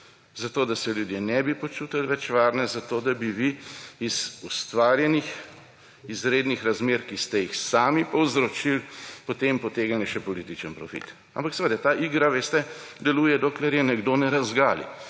zato da se ljudje ne bi počutili več varne, zato da bi vi iz ustvarjenih izrednih razmer, ki ste jih sami povzročili, potem potegnili še politični profit. Ampak seveda, ta igra, veste, deluje, dokler je nekdo ne razgali,